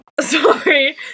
Sorry